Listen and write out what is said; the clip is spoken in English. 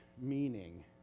meaning